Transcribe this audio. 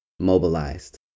Mobilized